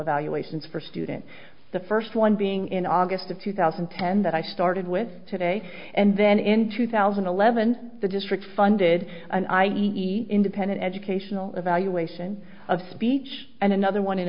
evaluations for student the first one being in august of two thousand and ten that i started with today and then in two thousand and eleven the district funded an i e e e independent educational evaluation of speech and another one in